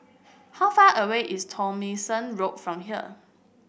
how far away is Tomlinson Road from here